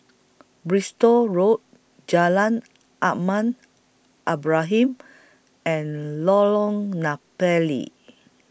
Bristol Road Jalan Ahmad Ibrahim and Lorong Napiri